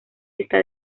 está